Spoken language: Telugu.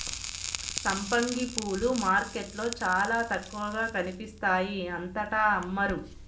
సంపంగి పూలు మార్కెట్లో చాల తక్కువగా కనిపిస్తాయి అంతటా అమ్మరు